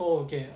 oh okay ah